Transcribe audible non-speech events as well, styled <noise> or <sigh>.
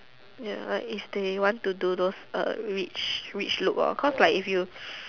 ya if they want to those uh rich rich look cause like if you <noise>